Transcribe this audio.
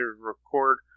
record